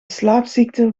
slaapziekte